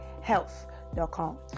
health.com